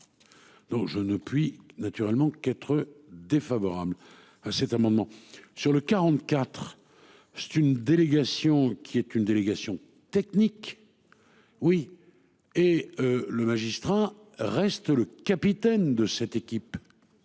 Non, je ne puis naturellement qu'être défavorable à cet amendement. Sur le 44. C'est une délégation qui est une délégation technique. Oui et le magistrat reste le Capitaine de cette équipe.